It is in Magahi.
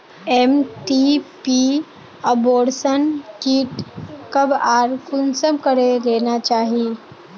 एम.टी.पी अबोर्शन कीट कब आर कुंसम करे लेना चही?